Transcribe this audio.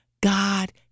God